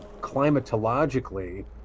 climatologically